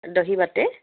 দহি বাতে